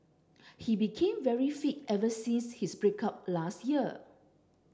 he became very fit ever since his break up last year